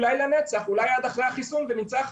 אולי לנצח, אולי עד אחרי החיסון וניצחנו.